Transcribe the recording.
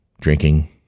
drinking